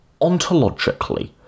ontologically